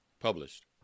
published